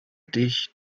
dich